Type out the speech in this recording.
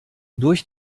durch